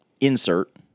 insert